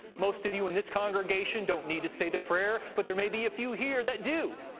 most of you in this congregation don't need to say the prayer, but there may be a few here that do.